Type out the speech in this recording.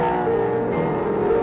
or